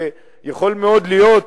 יכול מאוד להיות,